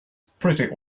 pretty